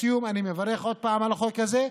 לסיום אני מברך עוד פעם על החוק הזה.